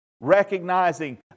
recognizing